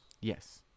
Yes